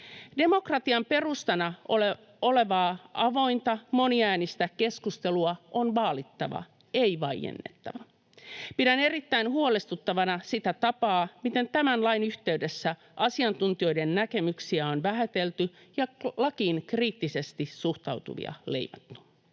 Demokratian perustana olevaa avointa, moniäänistä keskustelua on vaalittava, ei vaiennettava. Pidän erittäin huolestuttavana sitä tapaa, miten tämän lain yhteydessä asiantuntijoiden näkemyksiä on vähätelty ja lakiin kriittisesti suhtautuvia leimattu.